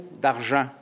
d'argent